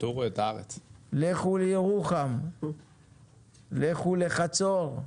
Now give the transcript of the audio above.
לכו לירוחם, לכו לחצור,